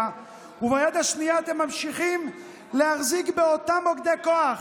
וביד השנייה אתם ממשיכים להחזיק באותם מוקדי כוח,